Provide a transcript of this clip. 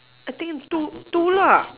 I think two two lah